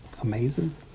Amazing